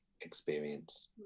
experience